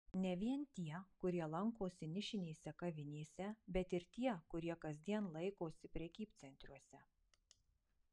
ne vien tie kurie lankosi nišinėse kavinėse bet ir tie kurie kasdien laikosi prekybcentriuose